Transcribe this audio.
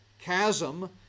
chasm